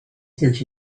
thinks